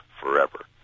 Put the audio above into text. forever